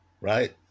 Right